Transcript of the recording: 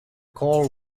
call